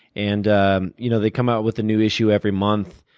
and ah you know they come out with a new issue every month.